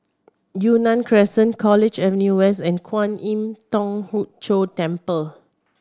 Yunnan Crescent College Avenue West and Kwan Im Thong Hood Cho Temple